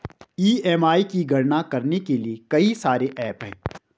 EMI की गणना करने के लिए कई सारे एप्प हैं